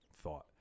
thought